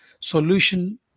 solution